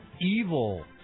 evil